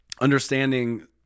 understanding